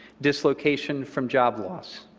dislocation from job loss.